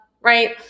right